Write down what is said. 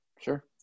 Sure